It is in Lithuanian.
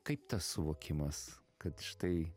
kaip tas suvokimas kad štai